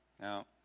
Now